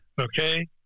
Okay